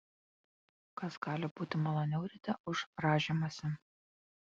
kas gali būti maloniau ryte už rąžymąsi